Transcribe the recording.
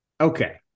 Okay